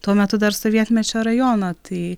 tuo metu dar sovietmečio rajono tai